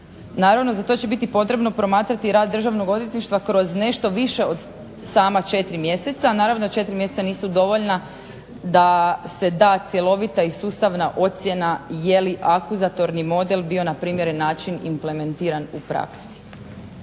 Naravno za to će biti potrebno promatrati rad Državnog odvjetništva kroz nešto više od 4 mjeseca, naravno da četiri mjeseca nisu dovoljna da se da cjelovita i sustavna ocjena je li akuzatorni model bio na primjeren način implementiran u praksi.